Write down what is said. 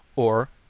or,